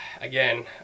Again